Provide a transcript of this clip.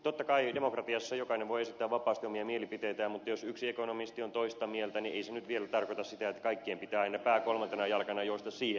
totta kai demokratiassa jokainen voi esittää vapaasti omia mielipiteitään mutta jos yksi ekonomisti on toista mieltä niin ei se nyt vielä tarkoita sitä että kaikkien pitää aina pää kolmantena jalkana juosta siihen suuntaan